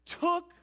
took